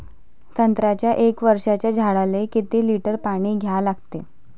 संत्र्याच्या एक वर्षाच्या झाडाले किती लिटर पाणी द्या लागते?